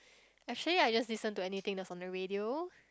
actually I just listen to anything that's one the radio